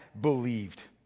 believed